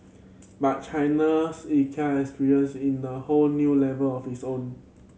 but China's Ikea experience in a whole new level of its own